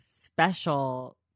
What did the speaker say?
special